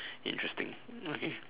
interesting okay